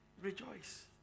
Rejoice